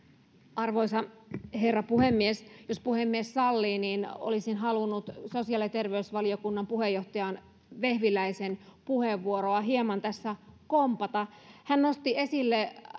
arvoisa herra puhemies jos puhemies sallii niin olisin halunnut sosiaali ja terveysvaliokunnan puheenjohtaja vehviläisen puheenvuoroa hieman tässä kompata hän nosti puheenvuorossaan esille